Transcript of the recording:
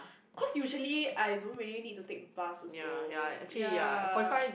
cause usually I don't really need to take but also ya